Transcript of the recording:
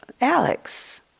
Alex